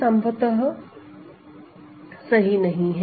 यह संभवत सही नहीं है